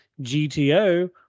GTO